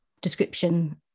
description